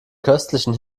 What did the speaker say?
köstlichen